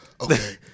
okay